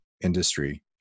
industry